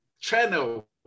channel